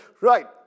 right